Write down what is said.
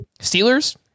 Steelers